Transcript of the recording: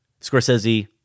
Scorsese